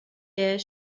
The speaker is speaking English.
year